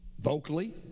vocally